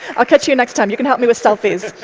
i'll catch you next time. you can help me with selfies.